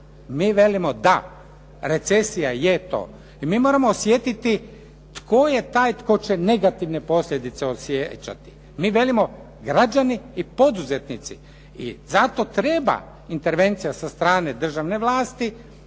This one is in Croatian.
Mi velimo da, recesija je to. I mi moramo osjetiti tko je taj tko će negativne posljedice osjećati. Mi velimo građani i poduzetnici i zato treba intervencija sa strane državne vlasti